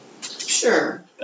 Sure